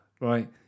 right